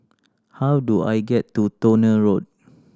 how do I get to Towner Road